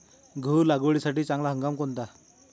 गहू लागवडीसाठी चांगला हंगाम कोणता?